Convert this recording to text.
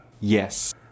yes